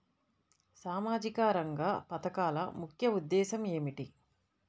సామాజిక రంగ పథకాల ముఖ్య ఉద్దేశం ఏమిటీ?